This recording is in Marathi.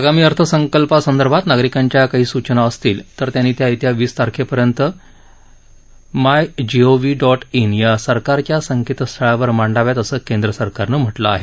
आगामी अर्थसंकल्पासंदर्भात नागरिकांच्या काही सूचना असल्यास त्यांनी त्या येत्या वीस तारखेपर्यंत मायजीओव्ही डॉट इन या सरकारच्या संकेतस्थळावर मांडाव्यात असं केंद्र सरकारनं म्हटलं आहे